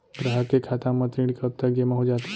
ग्राहक के खाता म ऋण कब तक जेमा हो जाथे?